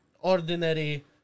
ordinary